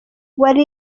wari